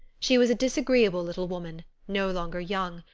she was a disagreeable little woman, no longer young,